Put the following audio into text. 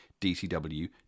DCW